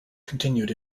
continued